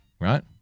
right